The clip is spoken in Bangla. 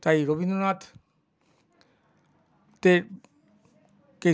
তাই রবীন্দ্রনাথকে